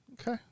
Okay